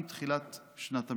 עם תחילת שנת המשפט.